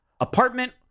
apartment